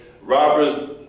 robbers